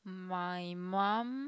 my mum